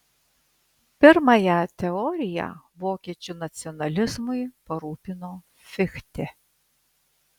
pirmąją teoriją vokiečių nacionalizmui parūpino fichte